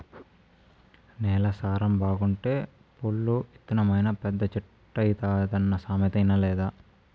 నేల సారం బాగుంటే పొల్లు ఇత్తనమైనా పెద్ద చెట్టైతాదన్న సామెత ఇనలేదా